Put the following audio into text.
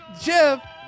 jeff